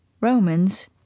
Romans